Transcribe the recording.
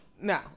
No